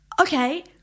Okay